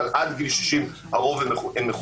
אבל עד גיל 60 הרוב מחוסנים.